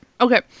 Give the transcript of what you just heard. okay